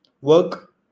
work